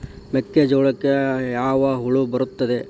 ಮೆಕ್ಕೆಜೋಳಕ್ಕೆ ಯಾವ ಹುಳ ಬರುತ್ತದೆ?